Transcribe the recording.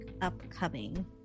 Upcoming